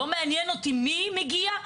לא מעניין אותי מי מגיע,